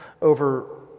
over